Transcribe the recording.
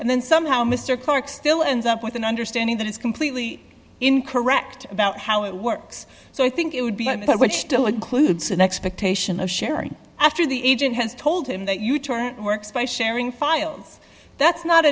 and then somehow mr clark still ends up with an understanding that is completely incorrect about how it works so i think it would be but still includes an expectation of sharing after the agent has told him that you turn works by sharing files that's not